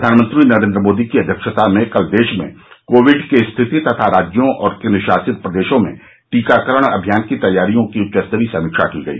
प्रधानमंत्री नरेन्द्र मोदी की अव्यक्षता में कल देश में कोविड की स्थिति तथा राज्यों और केन्द्रशासित प्रदेशों में टीकाकरण की तैयारियों की उच्चस्तरीय समीक्षा की गई